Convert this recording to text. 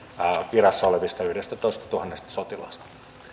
virassa olevista yhdestätoistatuhannesta sotilaasta